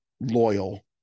loyal